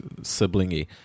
siblingy